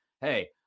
Hey